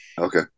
Okay